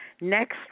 Next